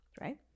right